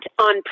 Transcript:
on